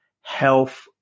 health